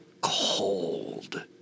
cold